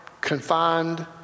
confined